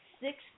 six